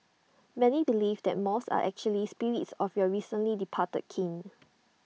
many believe that moths are actually spirits of your recently departed kin